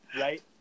right